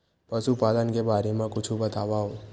पशुपालन के बारे मा कुछु बतावव?